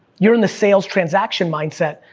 you're in the sales transaction mindset,